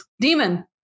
demon